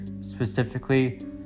specifically